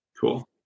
cool